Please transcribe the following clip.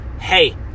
Hey